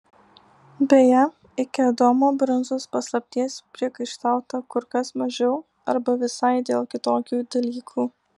beje iki adomo brunzos paslapties priekaištauta kur kas mažiau arba visai dėl kitokių dalykų